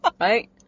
right